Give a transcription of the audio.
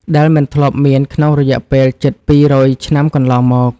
ដែលមិនធ្លាប់មានក្នុងរយៈពេលជិតពីររយឆ្នាំកន្លងមក។